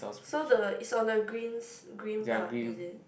so the it's on the green green part is it